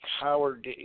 Howard